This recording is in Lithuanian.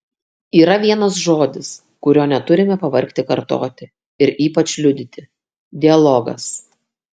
yra vienas žodis kurio neturime pavargti kartoti ir ypač liudyti dialogas